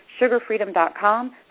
sugarfreedom.com